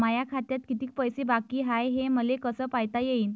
माया खात्यात कितीक पैसे बाकी हाय हे मले कस पायता येईन?